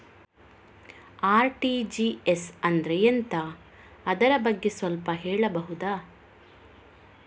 RTGS ಅಂದ್ರೆ ಎಂತ ಅದರ ಬಗ್ಗೆ ಸ್ವಲ್ಪ ಹೇಳಬಹುದ?